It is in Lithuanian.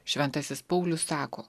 šventasis paulius sako